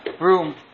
room